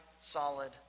solid